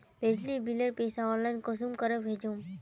बिजली बिलेर पैसा ऑनलाइन कुंसम करे भेजुम?